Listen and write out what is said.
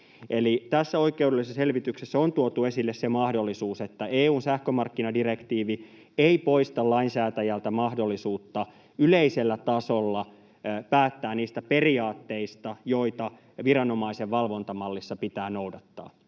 tässä oikeudellisessa selvityksessä on tuotu esille se mahdollisuus, että EU:n sähkömarkkinadirektiivi ei poista lainsäätäjältä mahdollisuutta yleisellä tasolla päättää niistä periaatteista, joita viranomaisen valvontamallissa pitää noudattaa.